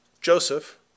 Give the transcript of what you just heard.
Joseph